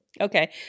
Okay